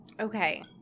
Okay